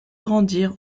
grandir